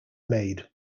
made